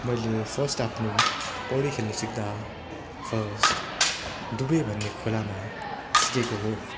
मैले फर्स्ट आफ्नो पौडी खेल्नु सिक्दा फर्स्ट डुबे भन्ने खोलामा सिकेको हो